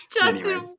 Justin